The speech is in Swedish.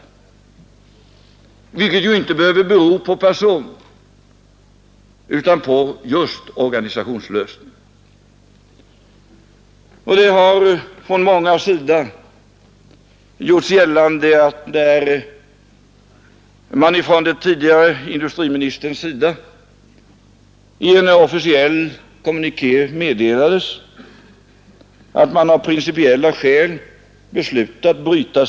Herr Burenstam Linder återkommer till ett tydligen kärt ämne, eftersom han med min företrädare som industriminister har talat om författaren Vilhelm Moberg och det här tomtbolaget.